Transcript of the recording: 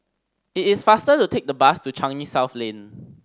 it is faster to take the bus to Changi South Lane